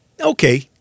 Okay